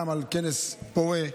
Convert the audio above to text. גם על כנס פורה,